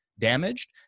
damaged